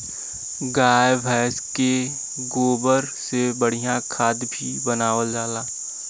गाय भइस के गोबर से बढ़िया खाद भी बनावल जाला